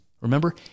remember